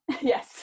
Yes